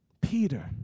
Peter